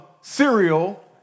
cereal